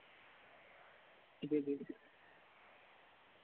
जी जी